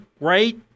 right